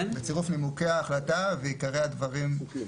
בצירוף נימוקי ההחלטה ועיקרי הדברים.